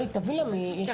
זה